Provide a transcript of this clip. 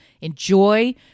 Enjoy